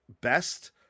best